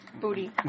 booty